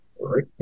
right